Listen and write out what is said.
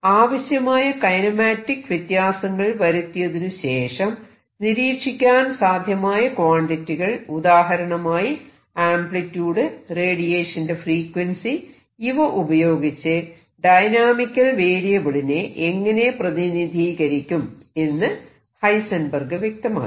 ആവശ്യമായ കൈനമാറ്റിക് വ്യത്യാസങ്ങൾ വരുത്തിയതിനു ശേഷം നിരീക്ഷിക്കാൻ സാധ്യമായ ക്വാണ്ടിറ്റികൾ ഉദാഹരണമായി ആംപ്ലിട്യൂഡ് റേഡിയേഷന്റെ ഫ്രീക്വൻസി ഇവ ഉപയോഗിച്ച് ഡൈനാമിക്കൽ വേരിയബിളിനെ എങ്ങനെ പ്രതിനിധീകരിക്കും എന്ന് ഹൈസെൻബെർഗ് വ്യക്തമാക്കി